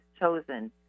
chosen